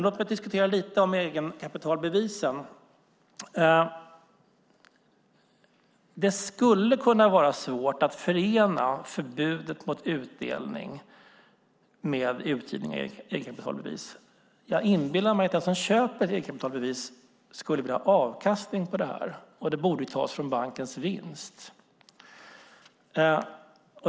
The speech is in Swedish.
Låt mig säga något om egenkapitalbevisen. Det skulle kunna vara svårt att förena förbudet mot utdelning med utgivning av egenkapitalbevis. Jag inbillar mig att den som köper egenkapitalbevis skulle vilja ha avkastning på dem, och det borde tas från bankens vinst.